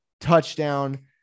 touchdown